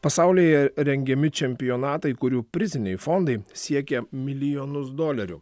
pasaulyje rengiami čempionatai kurių priziniai fondai siekia milijonus dolerių